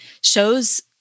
shows